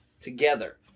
together